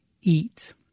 eat